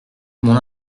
mon